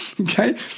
Okay